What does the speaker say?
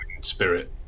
spirit